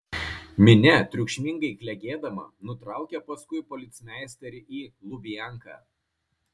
minia triukšmingai klegėdama nutraukė paskui policmeisterį į lubianką